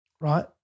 right